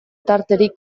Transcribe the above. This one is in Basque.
tarterik